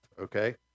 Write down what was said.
okay